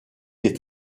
des